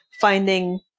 finding